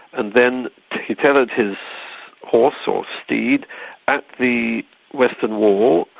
and then he tethered his horse or steed at the western wall,